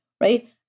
right